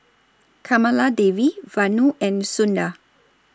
Kamaladevi Vanu and Sundar